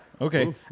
Okay